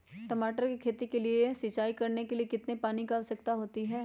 टमाटर की खेती के लिए सिंचाई करने के लिए कितने पानी की आवश्यकता होती है?